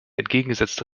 entgegengesetzte